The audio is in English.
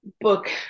book